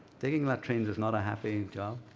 digging latrines is not a happy job.